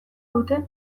dute